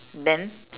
then